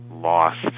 lost